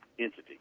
entity